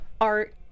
art